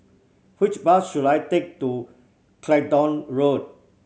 which bus should I take to Clacton Road